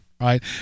right